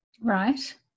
Right